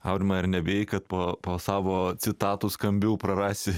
aurimai ar nebijai kad po po savo citatų skambių prarasi